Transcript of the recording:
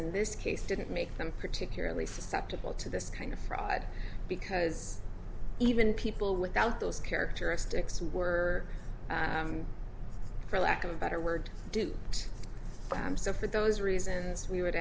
in this case didn't make them particularly susceptible to this kind of fraud because even people without those characteristics were for lack of a better word do them so for those reasons we would